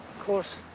course